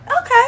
Okay